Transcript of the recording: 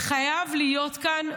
חייב להיות כאן,